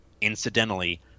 Incidentally